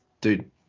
dude